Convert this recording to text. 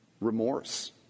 remorse